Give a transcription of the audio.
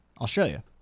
Australia